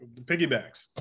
piggybacks